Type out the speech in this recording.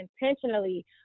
intentionally